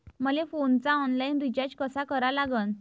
मले फोनचा online recharge कसा करा लागन?